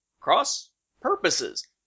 cross-purposes